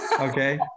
Okay